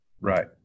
Right